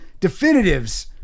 definitives